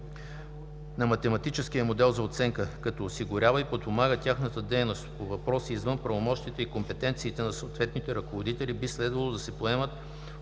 на математическия модел за оценка (ЕРММО) като осигурява и подпомага тяхната дейност по въпроси извън правомощията и компетенциите на съответните ръководители, би следвало да се поемат